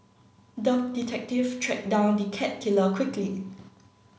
the detective tracked down the cat killer quickly